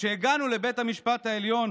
כשהגענו לבית המשפט העליון